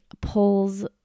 pulls